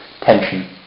tension